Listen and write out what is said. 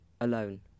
alone